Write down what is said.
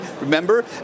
remember